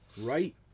Right